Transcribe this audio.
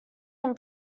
him